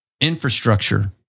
infrastructure